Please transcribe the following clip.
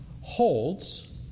holds